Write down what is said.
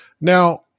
now